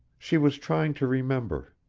she was trying to remember.